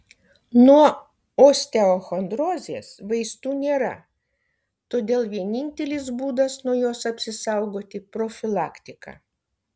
nuo osteochondrozės vaistų nėra todėl vienintelis būdas nuo jos apsisaugoti profilaktika